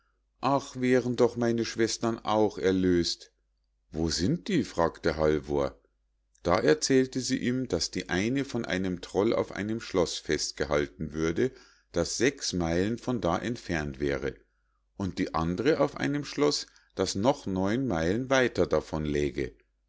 ach wären doch meine schwestern auch erlös't wo sind die fragte halvor da erzählte sie ihm daß die eine von einem trollen auf einem schloß festgehalten würde das sechs meilen von da entfernt wäre und die andre auf einem schloß das noch neun meilen weiter davon läge